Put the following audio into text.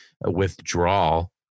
Withdrawal